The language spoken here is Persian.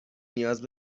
نیاز